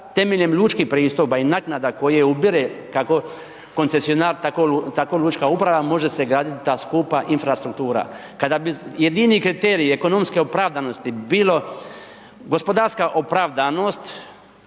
temeljem lučkih pristupa i naknada koje ubire kako koncesionar tako lučka uprava može se graditi ta skupa infrastruktura. Kada bi jedini kriterij ekonomske opravdanosti bilo gospodarska opravdanost